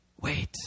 Wait